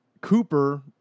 Cooper